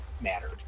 mattered